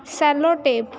cello tape